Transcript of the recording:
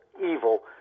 evil